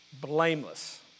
blameless